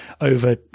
over